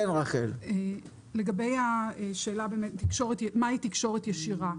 לגבי השאלה מהי תקשורת ישירה.